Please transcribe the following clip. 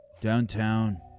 Downtown